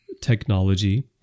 technology